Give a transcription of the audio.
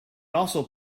also